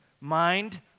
mind